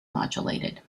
modulated